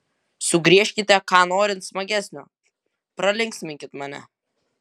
sugriežkite ką norint smagesnio pralinksminkit mane